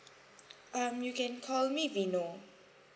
ah you can call me vino